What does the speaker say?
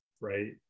right